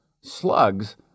slugs